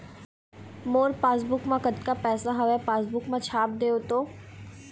मोर passbook मा कतका पैसा हवे पासबुक मा छाप देव तो?